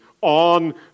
on